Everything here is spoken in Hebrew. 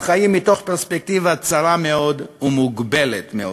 חיים מתוך פרספקטיבה צרה מאוד ומוגבלת מאוד.